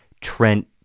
Trent